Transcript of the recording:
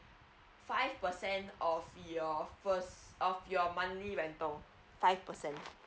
five percent of your first of your monthly rental five percent